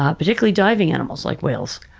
ah particularly diving animals like whales.